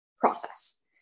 process